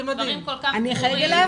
זה אומר שמחוץ למה שמקצה האוצר לסבב הזה,